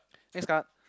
next card